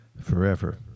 forever